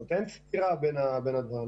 אין סתירה בין הדברים.